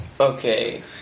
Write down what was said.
Okay